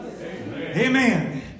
Amen